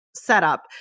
setup